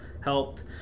helped